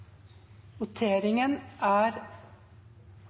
voteringen. Da er